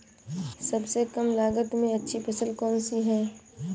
सबसे कम लागत में अच्छी फसल कौन सी है?